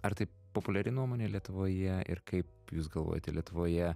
ar tai populiari nuomonė lietuvoje ir kaip jūs galvojate lietuvoje